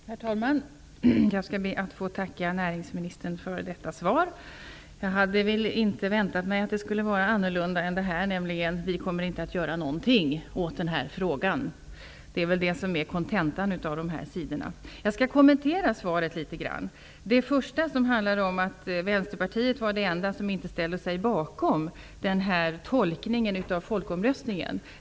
Herr talman! Jag ber att få tacka näringsministern för detta svar. Jag hade inte väntat mig att det skulle lyda annorlunda än att regeringen inte kommer att göra någonting åt den här frågan. Det är väl det som är kontentan av de här sidorna. Jag skall kommentera svaret. Näringsministern sade att Vänsterpartiet var det enda parti som inte ställde sig bakom tolkningen av folkomröstningen.